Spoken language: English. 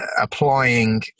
applying